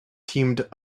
teamed